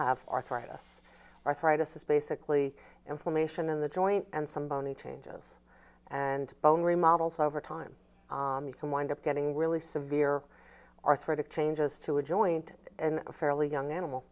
have arthritis arthritis is basically inflammation in the joint and some bony changes and bone remodels over time you can wind up getting really severe arthritic changes to a joint and a fairly young